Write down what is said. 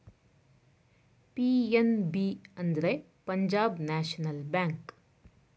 PNB ಅಂದ್ರೆ Punjab national bank